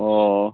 ꯑꯣ